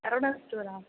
Saravana ஸ்டோரா